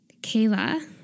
kayla